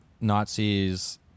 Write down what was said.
Nazis